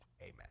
Amen